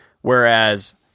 Whereas